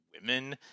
women